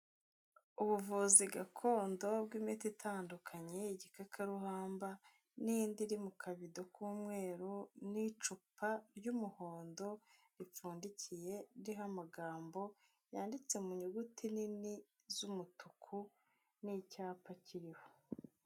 Ubuvuzi gakondo bw'imiti itandukanye, igikakarubamba n'indi iri mu kabido k'umweru n'icupa ry'umuhondo ripfundikiye, riho amagambo yanditse mu nyuguti nini z'umutuku n'icyapa kiriho.